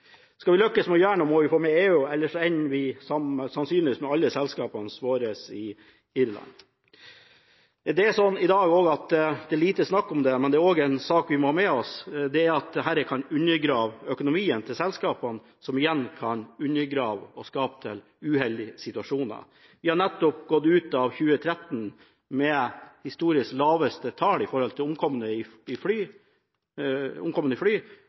Skal vi lykkes med å gjøre noe, må vi få med EU, ellers ender sannsynligvis alle selskapene våre i Irland. Det er lite snakk om det i dag, men en sak vi også må ha med oss, er at dette kan undergrave økonomien til selskapene, noe som igjen kan skape uheldige situasjoner. Vi har nettopp gått ut av 2013 med historisk lave tall for omkomne i flyulykker, og det er viktig at man har den nullvisjonen. Derfor er det også viktig at vi nå arbeider videre med dette i